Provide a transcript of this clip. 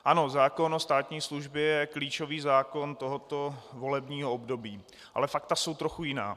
Ano, zákon o státní službě je klíčový zákon tohoto volebního období, ale fakta jsou trochu jiná.